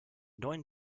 neuen